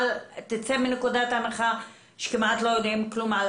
תצא מנקודת הנחה שאנחנו כמעט לא יודעים כלום על